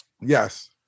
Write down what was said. Yes